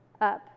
up